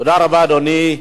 תודה רבה, אדוני.